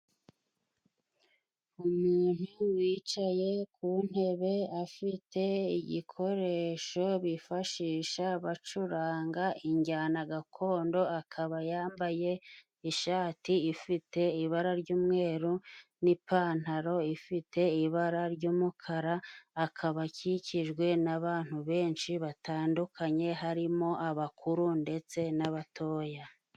Umuntu wicaye ku ntebe afite igikoresho bifashisha bacuranga injyana gakondo. Akaba yambaye ishati ifite ibara ry'umweru, n'ipantaro ifite ibara ry'umukara. Akaba akikijwe n'abantu benshi batandukanye, harimo abakuru ndetse n'abatoya.